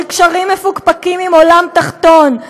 של קשרים מפוקפקים עם העולם התחתון,